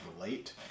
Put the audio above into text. relate